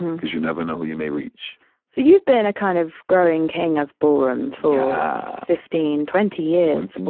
and cause you never know you may reach so you've been a kind of growing king of ballroom fifteen, twenty years